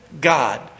God